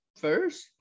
first